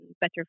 better